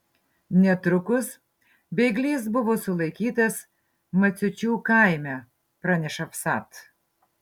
netrukus bėglys buvo sulaikytas maciučių kaime praneša vsat